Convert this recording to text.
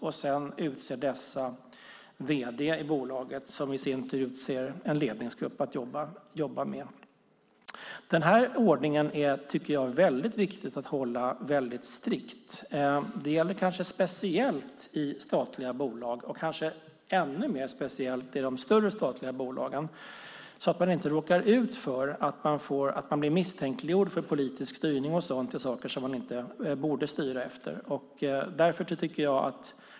Dessa utser sedan bolagets vd, som i sin tur utser en ledningsgrupp att jobba med. Det är viktigt att hålla strikt på denna ordning. Det gäller speciellt i statliga bolag, och kanske ännu mer i de större statliga bolagen så att man inte blir misstänkliggjord för politisk styrning och annat otillbörligt.